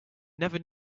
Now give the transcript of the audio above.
never